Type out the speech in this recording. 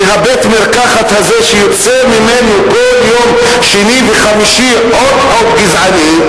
מבית-המרקחת הזה שיוצא ממנו כל שני וחמישי עוד חוק גזעני,